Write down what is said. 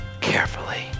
carefully